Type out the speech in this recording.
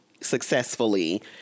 successfully